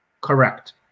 Correct